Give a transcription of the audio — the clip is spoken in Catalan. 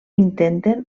intenten